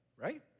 right